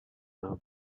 now